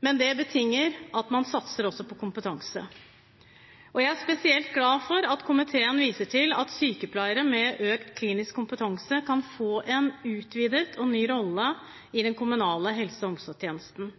Men det betinger at man satser også på kompetanse. Jeg er spesielt glad for at komiteen viser til at sykepleiere med økt klinisk kompetanse kan få en utvidet og ny rolle i den kommunale helse- og omsorgstjenesten.